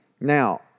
Now